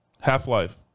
Half-Life